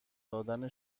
دادن